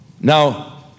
Now